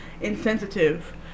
insensitive